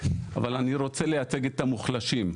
רוצה לייצג את המוחלשים,